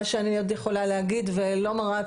מה שאני עוד יכולה להגיד ולא מראה,